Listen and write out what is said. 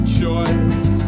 choice